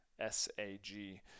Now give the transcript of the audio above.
S-A-G